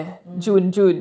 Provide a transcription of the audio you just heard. mm